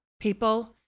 people